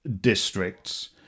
districts